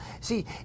see